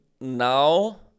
Now